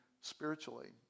spiritually